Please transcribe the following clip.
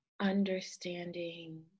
understanding